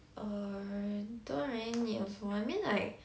err don't really need also I mean like